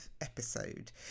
episode